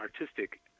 artistic